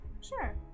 Sure